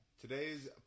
today's